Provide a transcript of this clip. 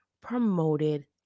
promoted